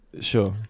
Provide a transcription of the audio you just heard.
sure